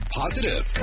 positive